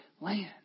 land